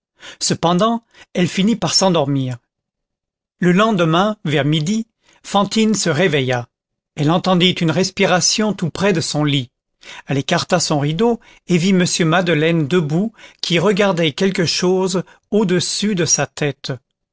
cependant elle finit par s'endormir le lendemain vers midi fantine se réveilla elle entendit une respiration tout près de son lit elle écarta son rideau et vit m madeleine debout qui regardait quelque chose au-dessus de sa tête